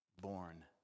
born